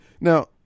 Now